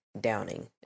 downing